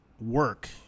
work